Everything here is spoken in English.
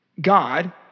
God